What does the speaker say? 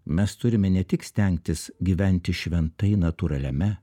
mes turime ne tik stengtis gyventi šventai natūraliame